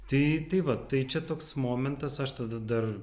tai tai va tai čia toks momentas aš tada dar